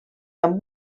amb